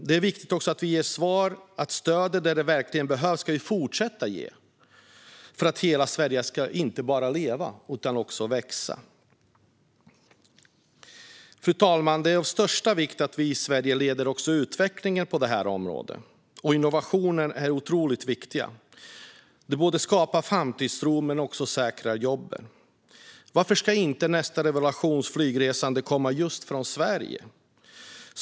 Det är också viktigt att vi ger svaret att vi ska fortsätta att ge stödet där det verkligen behövs för att hela Sverige ska inte bara leva utan också växa. Fru talman! Det är av största vikt att vi i Sverige leder utvecklingen på det här området. Innovationer är otroligt viktiga. De skapar framtidstro och säkrar jobben. Varför ska inte nästa revolution av flygresandet komma just från Sverige?